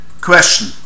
Question